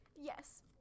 Yes